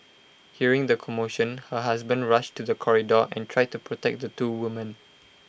hearing the commotion her husband rushed to the corridor and tried to protect the two women